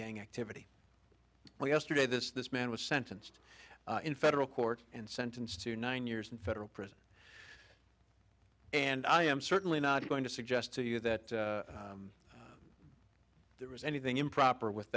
gang activity well yesterday this man was sentenced in federal court and sentenced to nine years in federal prison and i am certainly not going to suggest to you that there was anything improper with